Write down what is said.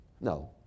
No